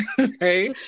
okay